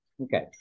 okay